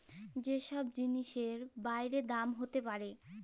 যে ছব জিলিসের বাইড়ে দাম হ্যইতে পারে